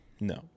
No